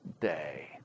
day